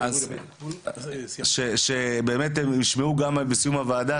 אז שבאמת ישמעו בסיום הוועדה